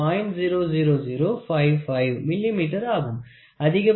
00055 மில்லிமீட்டராகும்